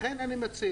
לכן אני מציע,